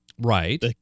Right